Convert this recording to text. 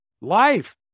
Life